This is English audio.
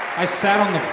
i sat on